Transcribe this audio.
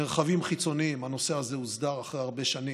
מרחבים חיצוניים, הנושא הזה הוסדר אחרי הרבה שנים.